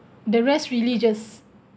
the rest really just